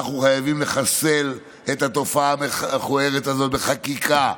אנחנו חייבים לחסל את התופעה המכוערת הזאת בחקיקה.